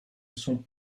sont